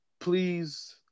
Please